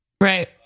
Right